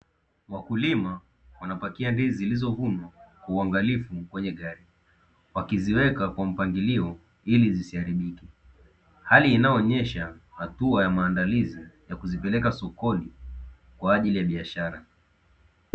Wakulima wanapakia ndizi zilizovuna kwa uangalifu kwenye gari wakiziweka kwa mpangilio ili zisiharibike, hali inayoonyesha hatua ya maandalizi ya kuzipeleka sokoni kwa ajili ya biashara.